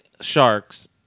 sharks